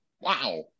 wow